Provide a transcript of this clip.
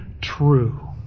true